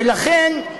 ולכן,